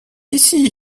ici